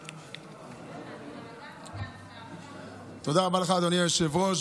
תודה רבה לך, אדוני היושב-ראש.